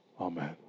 Amen